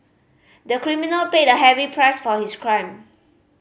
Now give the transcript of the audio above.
the criminal paid a heavy price for his crime